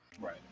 Right